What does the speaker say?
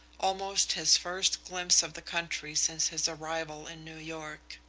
almost his first glimpse of the country since his arrival in new york.